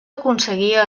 aconseguia